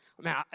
man